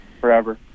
forever